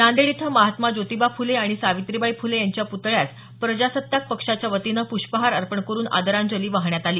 नांदेड इथं महात्मा ज्योतिबा फुले आणि सावित्रीबाई फुले यांच्या प्तळ्यास प्रजासत्ताक पक्षाच्या वतीनं प्रष्पहार अर्पण करुन आदरांजली वाहण्यात आली